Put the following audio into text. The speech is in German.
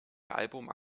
album